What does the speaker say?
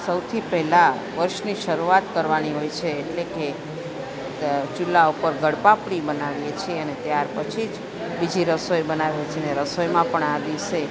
સૌથી પહેલાં વર્ષની શરૂઆત કરવાની હોય છે એટલે કે ચૂલા ઉપર ગળપાપડી બનાવીએ છીએ અને ત્યાર પછી જ બીજી રસોઈ બનાવી છીએને રસોઈમાં પણ આ દિવસે